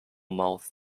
mouth